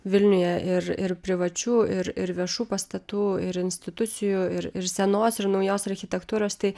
vilniuje ir ir privačių ir ir viešų pastatų ir institucijų ir ir senos ir naujos architektūros tai